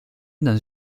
dans